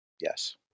Yes